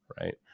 right